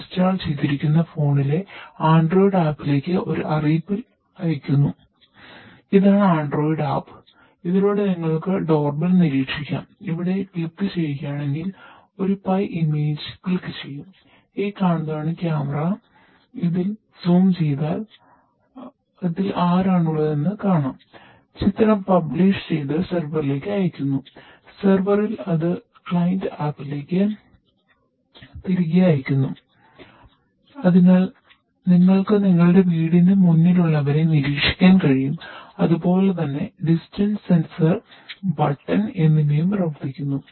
ഇതാണ് Android app എന്നിവയും പ്രവർത്തിക്കുന്നു